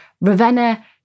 Ravenna